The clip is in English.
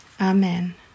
Amen